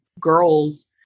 girls